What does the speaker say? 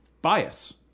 bias